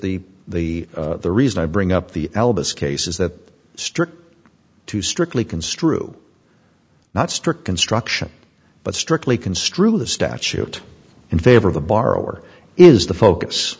the the the reason i bring up the albus case is that strict to strictly construe not strict construction but strictly construe the statute in favor of the borrower is the focus